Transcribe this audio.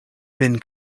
bin